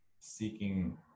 seeking